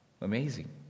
Amazing